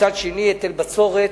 ומצד שני היטל בצורת.